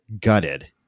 gutted